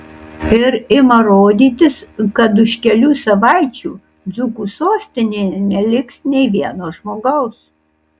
ir ima rodytis kad už kelių savaičių dzūkų sostinėje neliks nei vieno žmogaus